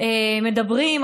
מדברים,